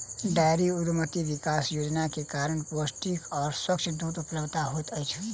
dairy उद्यमिता विकास योजना के कारण पौष्टिक आ स्वच्छ दूध उपलब्ध होइत अछि